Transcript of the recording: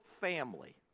family